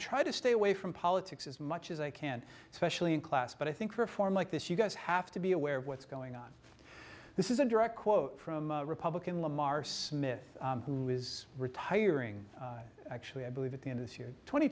try to stay away from politics as much as i can especially in class but i think reform like this you guys have to be aware of what's going on this is a direct quote from republican lamar smith who is retiring actually i believe at the end of the year tw